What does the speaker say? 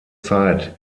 zeit